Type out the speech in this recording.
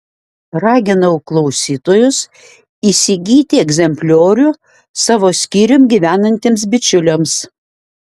raginau klausytojus įsigyti egzempliorių savo skyrium gyvenantiems bičiuliams